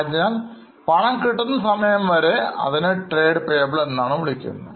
ആയതിനാൽ പണം കിട്ടുന്ന സമയം വരെ വരെ അതിനെ Trade Payables എന്നാണ് വിളിക്കുന്നത്